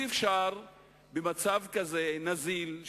במצב כזה נזיל,